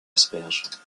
asperges